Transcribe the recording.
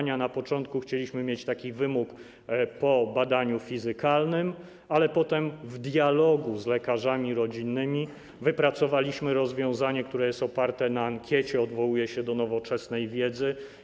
Na początku chcieliśmy mieć taki wymóg po badaniu fizykalnym, ale potem w dialogu z lekarzami rodzinnymi wypracowaliśmy rozwiązanie, które jest oparte na ankiecie, odwołuje się do nowoczesnej wiedzy.